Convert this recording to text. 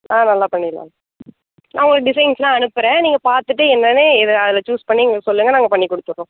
ஆ நல்லா பண்ணிடலாம் மேம் நான் உங்களுக்கு டிஸைன்ஸ்லாம் அனுப்புகிறேன் நீங்கள் பார்த்துட்டு என்னன்னு எது அதில் சூஸ் பண்ணி எங்களுக்கு சொல்லுங்கள் நாங்கள் பண்ணி கொடுத்துட்றோம்